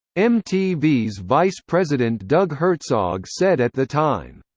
mtv's vice president doug herzog said at the time.